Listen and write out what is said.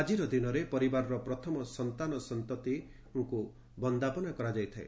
ଆକିର ଦିନରେ ପରିବାରର ପ୍ରଥମ ସନ୍ତାନସନ୍ତତୀଙ୍କୁ ବନା କରାଯାଇଥାଏ